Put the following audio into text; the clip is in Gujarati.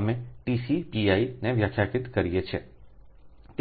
અમે TCPi નેવ્યાખ્યાયિત કરીએ છીએ